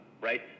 right